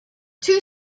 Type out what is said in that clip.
two